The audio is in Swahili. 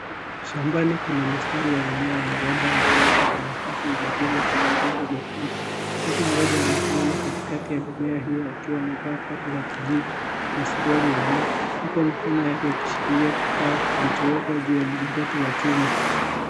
Shambani kuna mistari ya mimea ya migomba iliyoota kwa nafasi iliyopimwa kwenye udongo mwekundu. Mtu mmoja anasimama katikati ya mimea hiyo akiwa amevaa koti la kijivu na suruali ya bluu huku mikono yake ikishikilia kifaa kilichowekwa juu ya mlingoti wa chuma.